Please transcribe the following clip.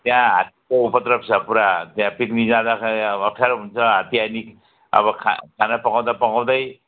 त्यहाँ हात्तीको उपद्रव छ पुरा त्यहाँ पिकनिक जाँदाखेरि अब अप्ठ्यारो हुन्छ हात्ती आएदेखि अब खा खाना पकाउँदा पकाउँदै